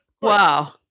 Wow